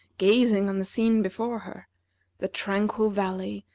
gazing on the scene before her the tranquil valley,